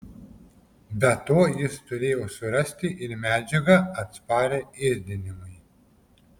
be to jis turėjo surasti ir medžiagą atsparią ėsdinimui